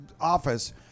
office